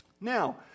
Now